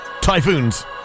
Typhoons